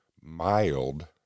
mild